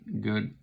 good